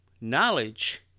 knowledge